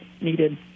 needed